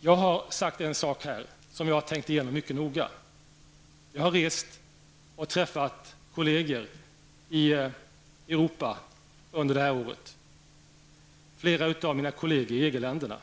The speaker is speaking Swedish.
Jag har sagt en sak här som jag har tänkt igenom mycket noga. Jag har under det här året rest och träffat kolleger i Europa, och jag har träffat flera av mina kolleger i EG-länderna.